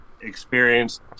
experienced